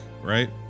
right